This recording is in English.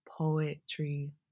Poetry